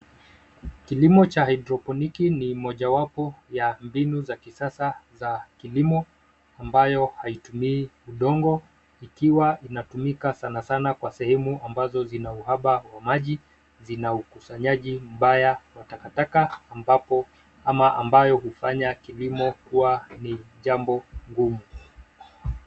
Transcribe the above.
Kilimo cha haidroponiki ni mojawapo ya mbinu za kisasa za kilimo ambayo haitumii udongo, ikiwa inatumika sana sana kwa sehemu zinazo uhaba wa maji zina ukusanyaji mbaya wa takataka ambapo ama ambayo hufanya kilimo kuwa ni jambo ngumu.